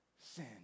sin